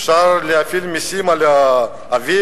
אפשר להפעיל מסים על האוויר,